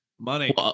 money